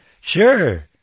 Sure